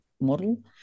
model